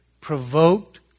provoked